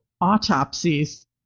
autopsies